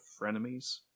Frenemies